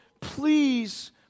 please